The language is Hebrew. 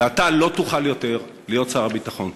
ואתה לא תוכל יותר להיות שר הביטחון.